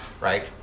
Right